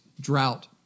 drought